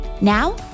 Now